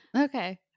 Okay